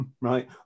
right